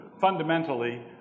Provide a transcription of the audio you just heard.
fundamentally